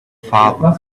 father